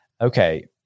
Okay